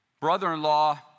brother-in-law